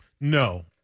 No